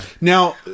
now